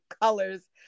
colors